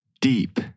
deep